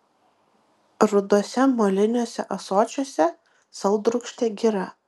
ruduose moliniuose ąsočiuose saldrūgštė gira